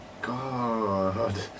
God